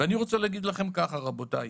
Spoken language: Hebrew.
אני רוצה להגיד לכם כך, רבותיי: